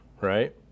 right